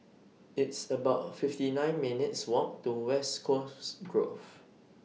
It's about fifty nine minutes' Walk to West Coast Grove